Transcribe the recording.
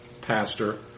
pastor